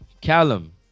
Callum